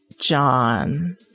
John